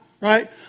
right